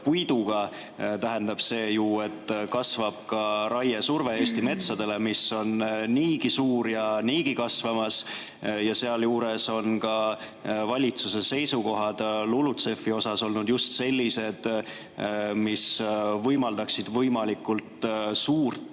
puiduga, tähendab see ju, et kasvab ka raiesurve Eesti metsadele, mis on niigi suur ja niigi kasvamas. Sealjuures on ka valitsuse seisukohad LULUCF‑i puhul olnud just sellised, mis võimaldaksid võimalikult suurt